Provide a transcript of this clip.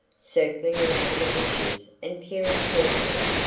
circling around the bushes and peering carefully,